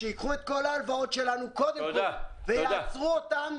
שייקחו את כל ההלוואות שלנו קודם כל ויעצרו אותם